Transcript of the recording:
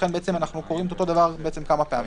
לכן אנחנו קוראים את אותו הדבר כמה פעמים.